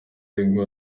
aribwo